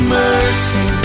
mercy